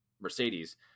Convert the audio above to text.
Mercedes